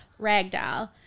Ragdoll